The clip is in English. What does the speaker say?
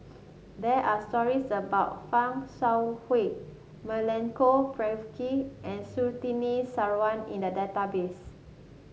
there are stories about Fan Shao Hua Milenko Prvacki and Surtini Sarwan in the database